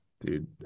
Dude